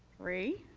three,